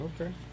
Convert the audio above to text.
Okay